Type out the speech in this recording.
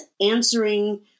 answering